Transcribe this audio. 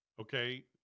okay